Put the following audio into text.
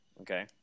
Okay